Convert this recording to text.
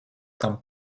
tam